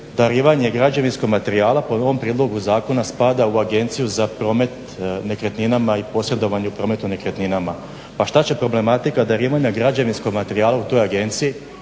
darivanja građevinskog materijala po novom prijedlogu zakona spada u Agenciju za promet nekretninama i posredovanju u prometu nekretninama. Pa šta će problematika darivanja građevinskog materijala u toj agenciji